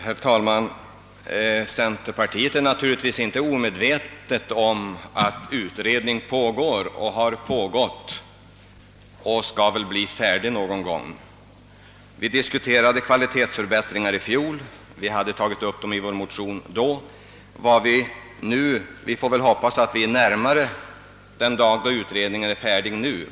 Herr talman! Centerpartiet är naturligtvis inte omedvetet om att utredning har pågått och pågår — och utredningen skall väl någon gång bli färdig. — Vi diskuterade kvalitetsförbättringarna i fjol; vi hade tagit upp frågan härom i vår motion då och vi är väl nu i alla fall närmare den dag då utredningen är färdig.